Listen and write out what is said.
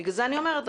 בגלל זה אני אומרת,